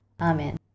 Amen